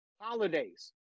holidays